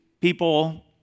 people